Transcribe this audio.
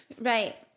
Right